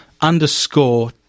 underscore